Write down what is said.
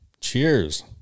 Cheers